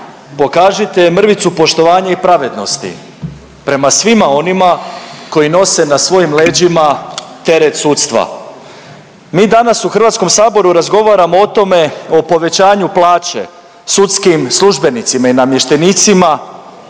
pokažite mrvicu poštovanja i pravednosti prema svima onima koji nose na svojim leđima teret sudstva. Mi danas u HS-u razgovaramo o tome, o povećanju plaće, sudskim službenicima i namještenicima